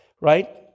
right